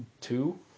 two